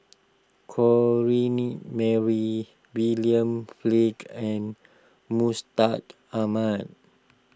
Corrinne Mary William Flint and Mustaq Ahmad